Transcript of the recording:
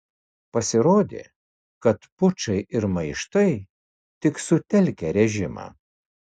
pasirodė kad pučai ir maištai tik sutelkia režimą